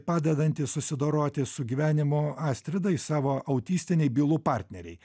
padedanti susidoroti su gyvenimo astridai savo autistinei bylų partnerei